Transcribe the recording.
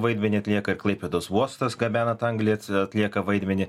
vaidmenį atlieka ir klaipėdos uostas gabena tą anglį atlieka vaidmenį